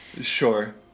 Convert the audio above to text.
sure